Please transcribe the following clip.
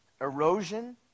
erosion